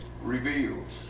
reveals